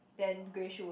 then grey shoes